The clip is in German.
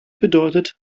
bedeutet